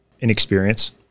inexperience